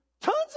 tons